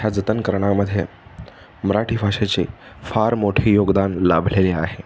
ह्या जतन करण्यामध्ये मराठी भाषेची फार मोठी योगदान लाभलेले आहे